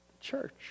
Church